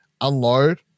unload